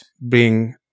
bring